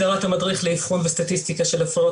הגדרת המדריך לאבחון וסטטיסטיקה של הפרעות